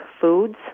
foods